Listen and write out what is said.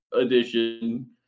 edition